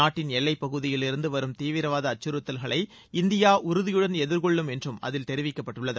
நாட்டின் எல்லைப்பகுதியில் இருந்து வரும் தீவிரவாத அச்கறுத்தல்களை இந்தியா உறுதியுடன் எதிர்கொள்ளும் என்றும் அதில் தெரிவிக்கப்பட்டுள்ளது